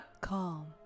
Calm